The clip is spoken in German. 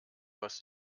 was